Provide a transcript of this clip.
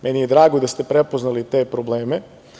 Meni je drago da ste prepoznali te probleme.